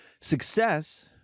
Success